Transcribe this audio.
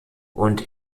und